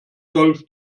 golf